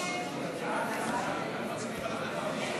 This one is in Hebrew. טלב אבו עראר,